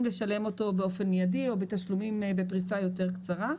לשלם אותו באופן מידי או בתשלומים בפריסה יותר קצרה.